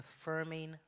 affirming